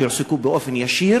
שיועסקו באופן ישיר,